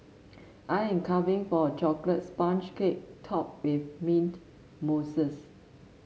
I am craving for a chocolate sponge cake topped with mint mousse